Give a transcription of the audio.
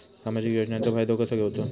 सामाजिक योजनांचो फायदो कसो घेवचो?